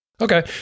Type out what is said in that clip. Okay